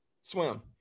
swim